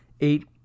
eight